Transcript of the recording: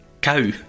cow